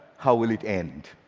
how will it end?